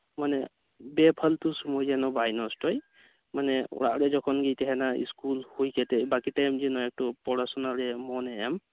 ᱢᱟᱱᱮ ᱵᱮ ᱯᱷᱟᱞᱛᱩ ᱥᱩᱢᱟᱹᱭ ᱡᱮᱱᱚ ᱵᱟᱭ ᱱᱚᱥᱴᱚᱭ ᱢᱟᱱᱮ ᱚᱲᱟᱜ ᱨᱮ ᱡᱚᱠᱷᱚᱱ ᱜᱮᱭ ᱛᱟᱦᱮᱸᱱᱟᱭ ᱤᱥᱠᱩᱞ ᱦᱩᱭ ᱠᱟᱛᱮᱫ ᱵᱟᱠᱤ ᱴᱟᱭᱤᱢ ᱡᱮᱱᱚ ᱮᱠᱴᱩ ᱯᱚᱲᱟ ᱥᱩᱱᱟᱨᱮ ᱢᱚᱱ ᱮ ᱮᱢ